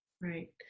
Right